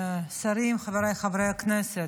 שרים, חבריי חברי הכנסת,